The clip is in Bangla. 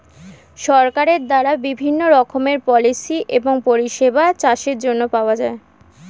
সরকারের দ্বারা বিভিন্ন রকমের পলিসি এবং পরিষেবা চাষের জন্য পাওয়া যায়